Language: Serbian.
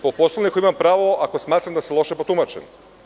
Po Poslovniku imam pravo, ako smatram da sam loše protumačen.